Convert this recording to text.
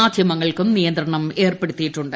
മാധ്യമങ്ങൾക്കും നിയന്ത്രണം ഏർപ്പെടുത്തിയിട്ടുണ്ട്